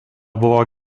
buvo